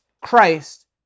Christ